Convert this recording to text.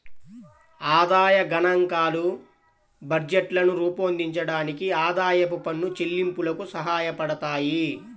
ఆదాయ గణాంకాలు బడ్జెట్లను రూపొందించడానికి, ఆదాయపు పన్ను చెల్లింపులకు సహాయపడతాయి